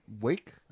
week